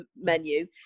Menu